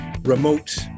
Remote